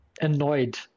annoyed